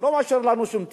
לא משאיר לנו שום תקווה.